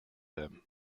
them